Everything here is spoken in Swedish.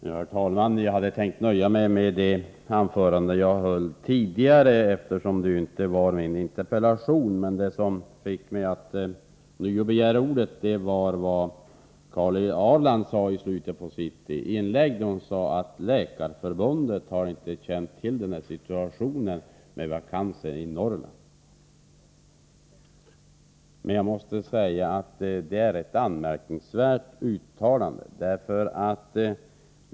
Herr talman! Jag hade tänkt nöja mig med det anförande jag höll tidigare, eftersom det inte är någon interpellation som framställts av mig vi nu diskuterar. Det som fick mig att ånyo begära ordet var vad Karin Ahrland sade i slutet på sitt inlägg. Hon sade att Läkarförbundet inte har känt till Jag måste säga att det är ett anmärkningsvärt uttalande.